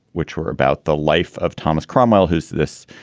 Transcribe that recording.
which were about the life of thomas cromwell who's this